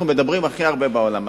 אנחנו מדברים הכי הרבה בעולם.